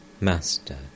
Master